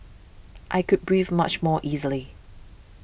I could breathe much more easily